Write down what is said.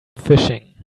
fishing